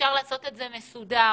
אפשר לעשות זאת מסודר,